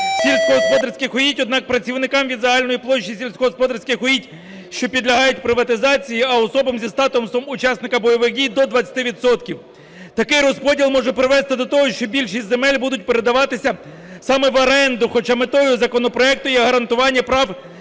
сільськогосподарських угідь. Однак працівникам від загальної площі сільськогосподарських угідь, що підлягають приватизації, а особам зі статусом учасника бойових дій до 20 відсотків. Такий розподіл може привести до того, що більшість земель будуть передаватися саме в оренду. Хоча метою законопроекту є гарантування прав